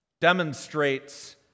demonstrates